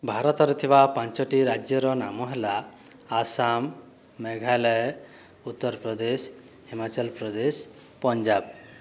ଭାରତରେ ଥିବା ପାଞ୍ଚଟି ରାଜ୍ୟର ନାମ ହେଲା ଆସାମ ମେଘାଳୟ ଉତ୍ତରପ୍ରଦେଶ ହିମାଚଳପ୍ରଦେଶ ପଞ୍ଜାବ